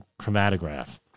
chromatograph